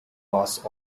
lost